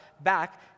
back